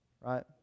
Right